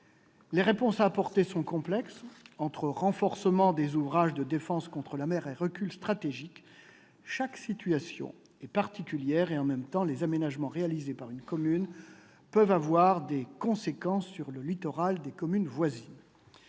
Les réponses à apporter sont complexes, entre renforcement des ouvrages de défense contre la mer et reculs stratégiques. Chaque situation est particulière. En même temps, les aménagements réalisés par une commune peuvent avoir des conséquences sur le littoral des communes voisines.